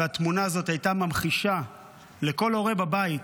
והתמונה הזאת הייתה ממחישה לכל הורה בבית